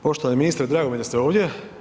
Poštovani ministre, drago mi je da ste ovdje.